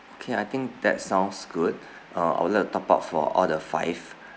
okay I think that sounds good uh I would like to top up for all the five